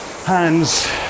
Hands